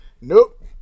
Nope